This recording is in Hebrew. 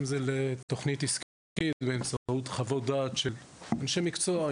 אם זה לתוכנית עסקית באמצעות חוות דעת של אנשי מקצוע,